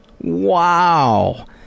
Wow